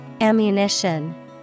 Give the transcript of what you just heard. Ammunition